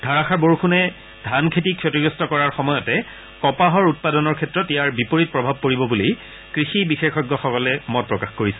ধাৰাষাৰ বৰষূণে ধানখেতি ক্ষতিগ্ৰস্ত কৰাৰ সময়তে কপাহৰ উৎপাদনৰ ক্ষেত্ৰত ইয়াৰ বিপৰীত প্ৰভাৱ পৰিব বুলি কৃষি বিশেষজ্ঞসকলে মত প্ৰকাশ কৰিছে